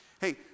Hey